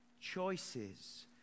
choices